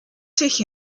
sich